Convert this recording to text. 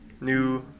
new